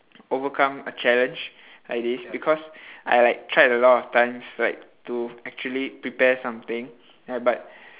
overcome a challenge like this because I like tried a lot of times like to actually prepare something ya but